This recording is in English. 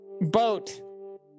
boat